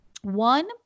one